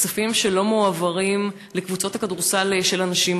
כספים שלא מועברים לקבוצות הכדורסל של הנשים.